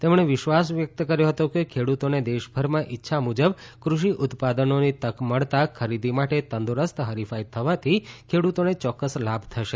તેમણે વિશ્વાસ વ્યક્ત કર્યો હતો કે ખેડૂતોને દેશભરમાં ઈચ્છામુજબ કૃષિ ઉત્પાદનોની તક મળતાં ખરીદી માટે તંદુરસ્ત હરિફાઈ થવાથી ખેડૂતોને યોક્કસ લાભ થશે